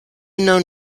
known